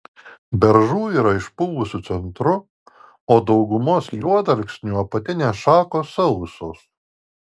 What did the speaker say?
beržų yra išpuvusiu centru o daugumos juodalksnių apatinės šakos sausos